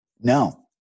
No